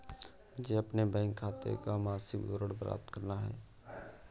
मुझे अपने बैंक खाते का मासिक विवरण प्राप्त करना है?